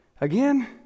Again